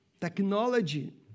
Technology